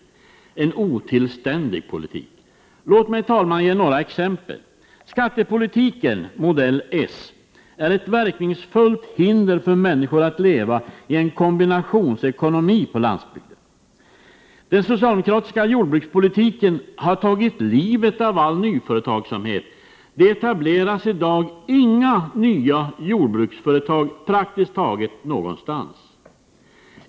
Det är en otillständig politik. Låt mig, herr talman, ge några exempel: — Skattepolitiken modell s är ett verkningsfullt hinder för människor att leva i en kombinationsekonomi på landsbygden. — Den socialdemokratiska jordbrukspolitiken har tagit livet av all nyföretagsamhet. Det etableras praktiskt taget inte några nya jordbruksföretag i dag.